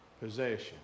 possession